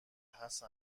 حسن